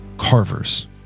Carvers